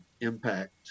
impact